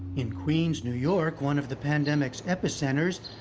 in queens, new york, one of the pandemic's epicenters,